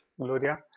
Gloria